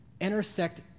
intersect